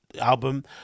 album